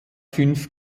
fünf